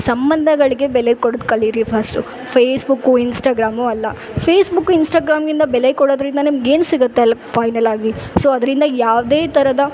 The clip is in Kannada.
ಸಂಬಂಧಗಳ್ಗೆ ಬೆಲೆ ಕೊಡೋದು ಕಲೀರಿ ಫಸ್ಟು ಫೇಸ್ಬುಕ್ಕು ಇನ್ಸ್ಟಾಗ್ರಾಮು ಅಲ್ಲ ಫೇಸ್ಬುಕ್ ಇನ್ಸ್ಟಾಗ್ರಾಮ್ ಇಂದ ಬೆಲೆ ಕೊಡೋದ್ರಿಂದ ನಿಮಗೆ ಏನು ಸಿಗುತ್ತೆ ಅಲ್ಲಿ ಪೈನಲ್ ಆಗಿ ಸೊ ಅದ್ರಿಂದ ಯಾವುದೇ ಥರದ